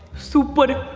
superdad,